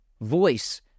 voice